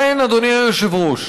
לכן, אדוני היושב-ראש,